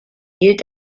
gilt